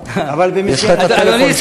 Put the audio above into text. אה, יש לך את מספר הטלפון שלי.